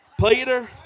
Peter